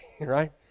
right